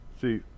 See